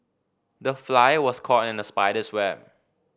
the fly was caught in the spider's web